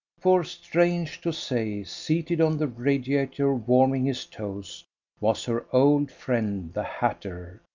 for strange to say, seated on the radiator warming his toes was her old friend the hatter,